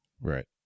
Right